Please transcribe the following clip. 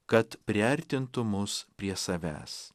kad priartintų mus prie savęs